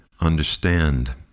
understand